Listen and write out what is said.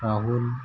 Rahul